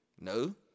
No